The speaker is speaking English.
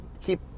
keep